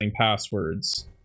passwords